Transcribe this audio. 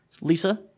Lisa